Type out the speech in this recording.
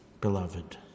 beloved